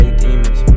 demons